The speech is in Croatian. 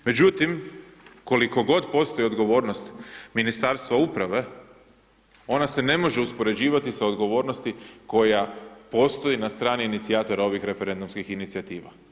Međutim, koliko god postoji odgovornost Ministarstva uprave, ona se ne može uspoređivati sa odgovornosti koja postoji na strani inicijator ovih referendumskih inicijativa.